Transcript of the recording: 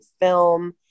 film